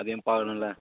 அதையும் பார்க்கணும்ல